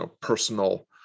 personal